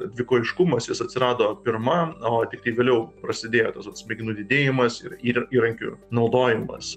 dvikojiškumas jis atsirado pirma o tiktai vėliau prasidėjo tas vat smegenų didėjimas ir įrankių naudojimas